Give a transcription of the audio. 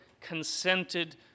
consented